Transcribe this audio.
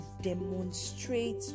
demonstrate